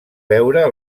veure